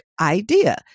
idea